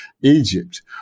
Egypt